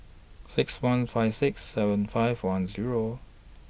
six one five six seven five one Zero